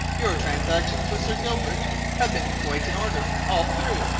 your transactions with sir gilbert have been quite in order, all through,